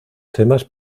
temas